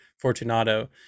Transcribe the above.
Fortunato